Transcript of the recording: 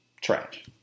trash